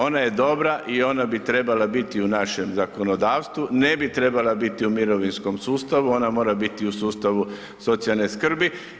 Ona je dobra i ona bi trebala biti u našem zakonodavstvu, ne bi trebala biti u mirovinskom sustavu, ona mora biti u sustavu socijalne skrbi.